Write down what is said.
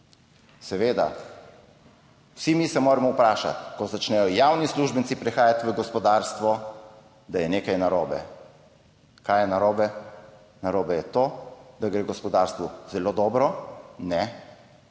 Seveda, vsi mi se moramo vprašati, ko začnejo javni uslužbenci odhajati v gospodarstvo, da je nekaj narobe. Kaj je narobe? Narobe je to, da gre gospodarstvu zelo dobro? Ne,